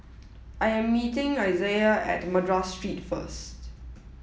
I am meeting Isiah at Madras Street first